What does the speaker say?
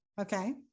Okay